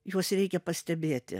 juos reikia pastebėti